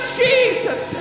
jesus